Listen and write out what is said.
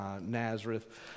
Nazareth